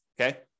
okay